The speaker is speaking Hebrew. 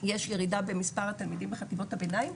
יש ירידה במספר התלמידים בחטיבות הביניים,